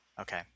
Okay